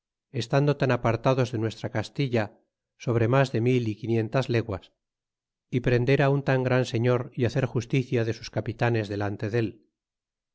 estando tan apartados de nuestra castilla sobre mas de mil y quinientas leguas y prender á un tan gran señor y hacer justicia de sus capitanes delante del